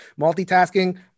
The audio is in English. multitasking